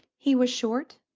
he was short,